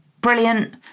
brilliant